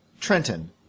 Trenton